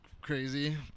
crazy